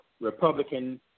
Republican